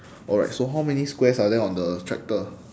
alright so how many squares are there on the tractor